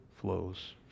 flows